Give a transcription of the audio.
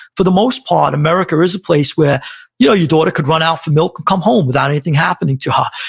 for the most part, america is a place where your your daughter could run out for milk and come home without anything happening to her.